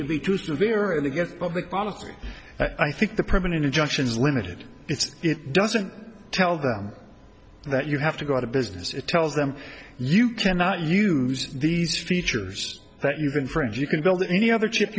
to be too severe and to get public policy i think the permanent injunction is limited it's it doesn't tell them that you have to go out of business it tells them you cannot use these features that you've been friends you can go to any other chip